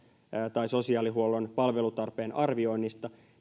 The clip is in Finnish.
tai sosiaalihuollon palvelutarpeen arvioinnista